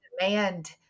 demand